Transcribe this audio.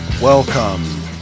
Welcome